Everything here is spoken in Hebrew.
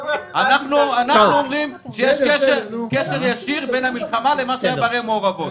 אנחנו אומרים שיש קשר ישיר בין המלחמה לבין מה שהיה בערים המעורבות.